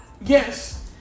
Yes